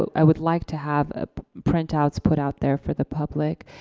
but i would like to have ah printouts put out there for the public.